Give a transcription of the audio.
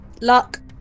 Luck